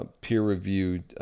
Peer-reviewed